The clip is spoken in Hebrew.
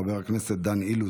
חבר הכנסת דן אילוז,